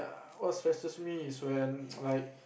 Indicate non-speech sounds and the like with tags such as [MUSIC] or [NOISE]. what stresses me is when [NOISE] like